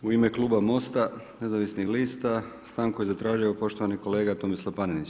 U ime Kluba Mosta nezavisnih lista, stanku je zatražio poštovani kolega Tomislav Panenić.